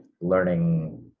learning